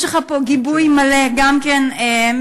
יש לך פה גיבוי מלא גם מאתנו,